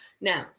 now